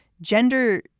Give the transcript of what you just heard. gender